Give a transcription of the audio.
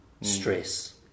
stress